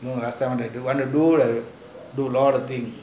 you know last time you want to do do a lot of things